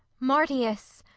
marcius!